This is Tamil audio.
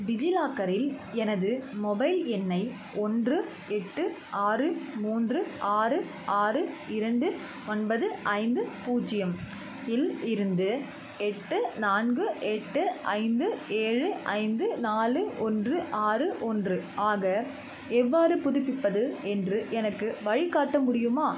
டிஜிலாக்கரில் எனது மொபைல் எண்ணை ஒன்று எட்டு ஆறு மூன்று ஆறு ஆறு இரண்டு ஒன்பது ஐந்து பூஜ்ஜியம் இல் இருந்து எட்டு நான்கு எட்டு ஐந்து ஏழு ஐந்து நாலு ஒன்று ஆறு ஒன்று ஆக எவ்வாறு புதுப்பிப்பது என்று எனக்கு வழிக்காட்ட முடியுமா